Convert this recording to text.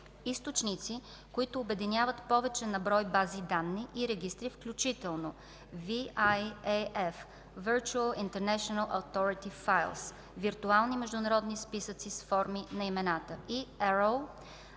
източници, които обединяват повече на брой бази данни и регистри, включително VIAF (Virtual International Authority Files – Виртуални международни списъци с форми на имената) и ARROW